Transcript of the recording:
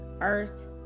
Earth